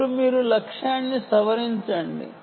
ఇప్పుడు మీరు లక్ష్యాన్ని సవరించండి